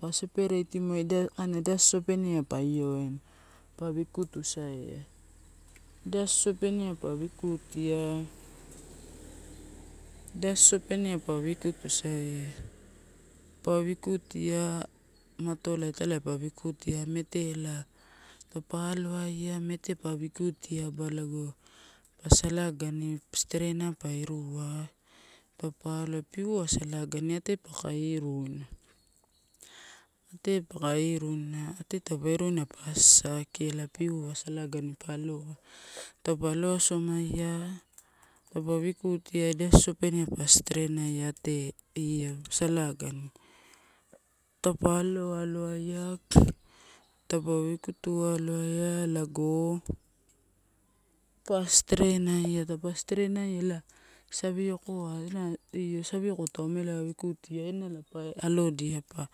Pa sepereitimuwa ido, kaina da sosopenea pa io waina pa wikutia saia. Ida sosopenea pa wikutia pa wikutia matola italai pa wikutia, mete la. Taupa aloaia mete pa wikutia ba lago pa salagani steereina pa irua, taupa aloa piua salagani ate paku iruina. Ate taupe iruina pa assakia ela piua salagani pa aloa, taupe alo asomaia, taupe wikutia ida sosopenea pa serenaia ate io salagani. Taupa aloaia, taupa wikutu aloaia lago pa stereeinaia, taupa stereinaia eela saviokoa ena io savioko tau amela wikutia ennala pa allodia pa